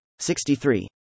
63